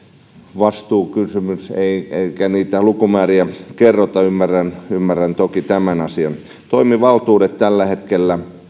vastuukysymys eikä niitä lukumääriä kerrota ymmärrän ymmärrän toki tämän asian toimivaltuudet tällä hetkellä